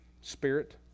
Spirit